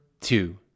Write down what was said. two